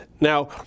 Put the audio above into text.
Now